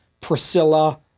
Priscilla